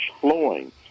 flowing